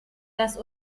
das